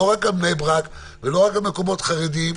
לא רק בבני ברק ולא רק אצל חרדים.